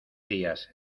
días